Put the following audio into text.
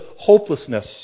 hopelessness